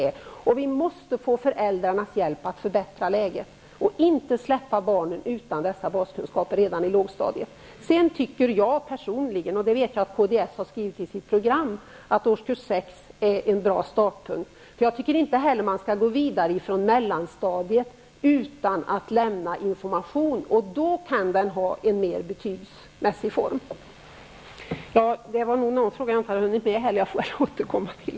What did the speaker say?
Föräldrarna måste hjälpa till att förbättra läget, så att man inte låter barnen gå vidare utan att de har förvärvat baskunskaperna på lågstadiet. Personligen anser jag -- och det har kds tagit upp i sitt program -- att årskurs sex är en bra startpunkt när det gäller betyg. Barnen skall inte heller gå vidare från mellanstadiet utan att det lämnas information, som då kan ha en mer betygsmässig form. Jag återkommer till de frågor som jag inte har hunnit med att kommentera.